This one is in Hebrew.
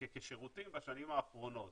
--- שירותים בשנים האחרונות